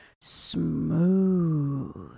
Smooth